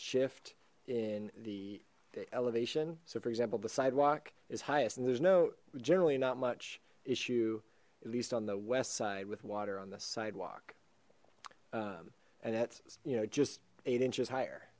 shift in the elevation so for example the sidewalk is highest and there's no generally not much issue at least on the west side with water on the sidewalk and that's you know just eight inches higher